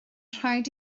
rhaid